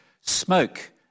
smoke